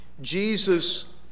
Jesus